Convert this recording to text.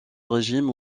régime